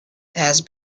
has